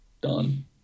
done